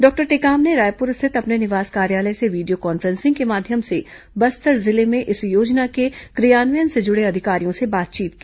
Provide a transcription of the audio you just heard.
doctor Tekam ने रायपुर स्थित अपने निवास कार्यालय से वीडियो कॉन्फ्रेंसिंग के माध्यम से बस्तर जिले में इस योजना के क्रियान्वयन से जुड़े अधिकारियों से बातचीत की